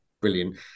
brilliant